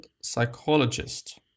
psychologist